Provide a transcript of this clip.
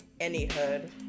anyhood